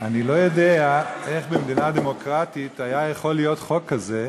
יודע איך במדינה דמוקרטית היה יכול להיות חוק כזה,